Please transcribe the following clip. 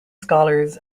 scholars